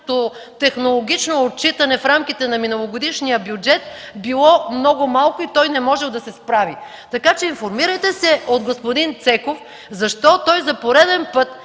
тяхното технологично отчитане в рамките на миналогодишния бюджет било много малко и той не можел да се справи. Така че информирайте се от господин Цеков защо той за пореден път